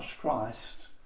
Christ